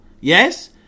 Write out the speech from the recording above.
yes